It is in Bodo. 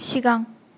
सिगां